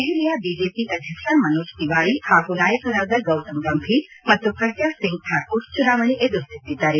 ದೆಹಲಿಯ ಬಿಜೆಪಿ ಅಧ್ಯಕ್ಷ ಮನೋಜ್ ತಿವಾರಿ ಹಾಗೂ ನಾಯಕರಾದ ಗೌತಮ್ ಗಂಭೀರ್ ಮತ್ತು ಪ್ರಗ್ವಾ ಸಿಂಗ್ ಠಾಕೂರ್ ಚುನಾವಣೆ ಎದುರಿಸುತ್ತಿದ್ದಾರೆ